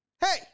Hey